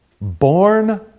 born